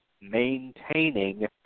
maintaining